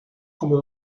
como